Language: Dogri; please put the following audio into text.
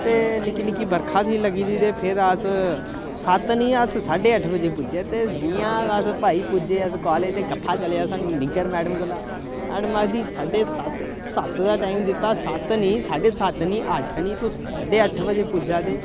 ते निक्की निक्की बरखा थी लग्गी दी ते फिर अस सत्त निं अस साढे अट्ठ बजे पुज्जे ते जि'यां अस भाई पुज्जे अस कालज ते गफ्फा चलेआ सानूं निग्गर मैडम कोला मैडम आखदी साढे सत्त सत्त दा टाइम दित्ता सत्त निं साढे सत्त निं अट्ठ निं तुस साढे अट्ठ बजे पुज्जा दे